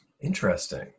Interesting